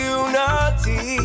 unity